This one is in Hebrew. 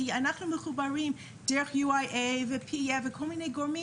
כי אנחנו מחוברים דרך YIA וכל מיני גורמים